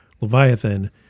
Leviathan